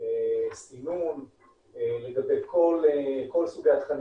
סינון לגבי כל סוגי התכנים.